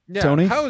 Tony